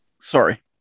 Sorry